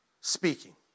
speaking